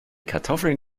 kartoffeln